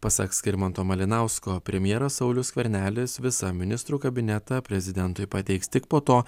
pasak skirmanto malinausko premjeras saulius skvernelis visą ministrų kabinetą prezidentui pateiks tik po to